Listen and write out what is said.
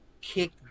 kick